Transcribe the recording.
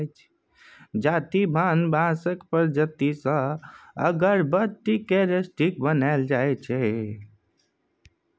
जाति भान बाँसक प्रजाति सँ अगरबत्ती केर स्टिक बनाएल जाइ छै